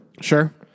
sure